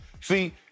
See